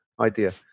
idea